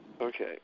Okay